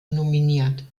nominiert